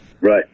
Right